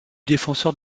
défenseur